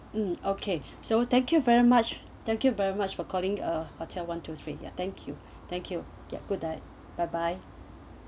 um okay so thank you very much thank you very much for calling uh hotel one two three ya thank you thank you ya good night bye bye